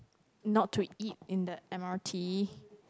not to eat in the M_R_T